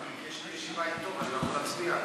יש לי ישיבה איתו, אז אני לא יכול להצביע.